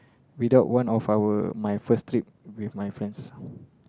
without one of our my first trip with my friends